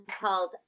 called